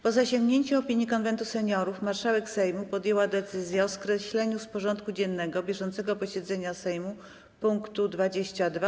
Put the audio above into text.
Po zasięgnięciu opinii Konwentu Seniorów marszałek Sejmu podjęła decyzję o skreśleniu z porządku dziennego bieżącego posiedzenia Sejmu punktu 22.